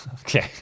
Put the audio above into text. Okay